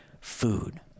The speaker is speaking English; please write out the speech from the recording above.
food